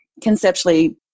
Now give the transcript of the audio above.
conceptually